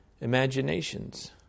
imaginations